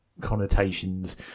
connotations